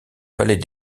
vallée